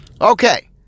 Okay